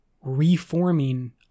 reforming